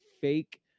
fake